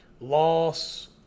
loss –